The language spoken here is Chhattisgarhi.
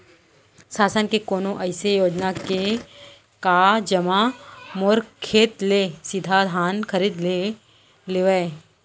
शासन के कोनो अइसे योजना हे का, जेमा मोर खेत ले सीधा धान खरीद लेवय?